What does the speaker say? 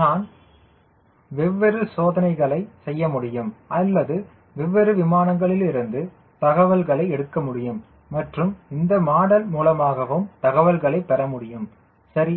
நான் வெவ்வேறு சோதனைகளைச் செய்ய முடியும் அல்லது வெவ்வேறு விமானங்களிலிருந்து தகவல்களை எடுக்க முடியும் மற்றும் இந்த மாடல் மூலமாகவும் தகவல்களை பெறமுடியும் சரி